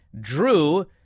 Drew